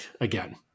again